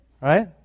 Right